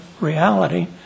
reality